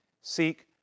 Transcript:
seek